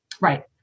Right